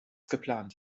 geplant